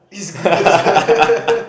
E scooters